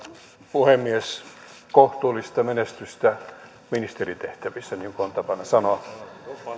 puhemies kohtuullista menestystä ministeritehtävissä niin kuin on tapana sanoa